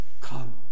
Come